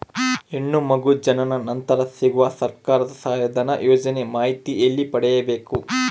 ಹೆಣ್ಣು ಮಗು ಜನನ ನಂತರ ಸಿಗುವ ಸರ್ಕಾರದ ಸಹಾಯಧನ ಯೋಜನೆ ಮಾಹಿತಿ ಎಲ್ಲಿ ಪಡೆಯಬೇಕು?